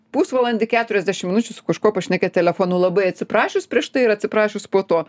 pusvalandį keturiasdešim minučių su kažkuo pašnekėt telefonu labai atsiprašius prieš tai ir atsiprašius po to